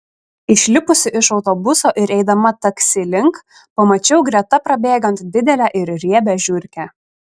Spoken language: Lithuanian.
išlipusi iš autobuso ir eidama taksi link pamačiau greta prabėgant didelę ir riebią žiurkę